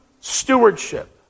stewardship